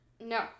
No